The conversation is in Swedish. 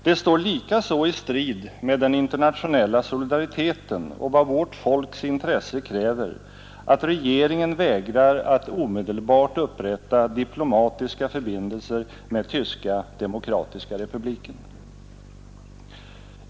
Det står likaså i strid med den internationella solidariteten och vad vårt folks intresse kräver att regeringen vägrar att omedelbart upprätta diplomatiska förbindelser med Tyska demokratiska republiken.